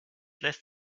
lässt